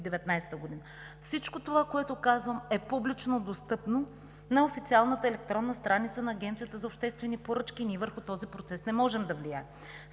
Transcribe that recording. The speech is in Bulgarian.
Всичко това, което казвам, е публично достъпно на официалната електронна страница на Агенцията за обществени поръчки и върху този процес не можем да влияем.